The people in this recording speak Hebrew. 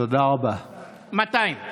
בערך 200 אנשים.